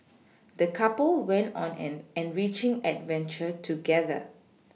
the couple went on an enriching adventure together